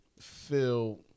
feel